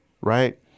right